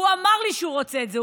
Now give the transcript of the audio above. הוא אמר לי שהוא רוצה את זה.